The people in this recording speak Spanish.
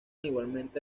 igualmente